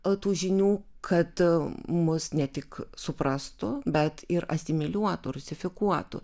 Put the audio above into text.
o tų žinių kad mus ne tik suprastų bet ir asimiliuotų rusifikuoto